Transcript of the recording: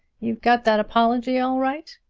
you've got that apology all right?